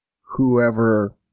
whoever